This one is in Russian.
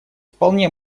вполне